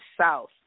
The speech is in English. south